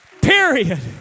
period